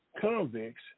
convicts